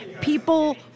people